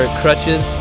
crutches